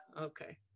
okay